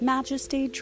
Majesty